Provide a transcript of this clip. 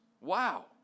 Wow